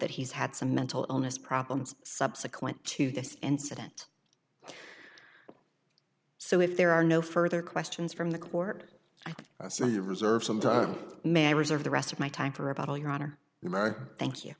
that he's had some mental illness problems subsequent to this incident so if there are no further questions from the court i'd say you reserve some time may reserve the rest of my time for about all your honor may i thank you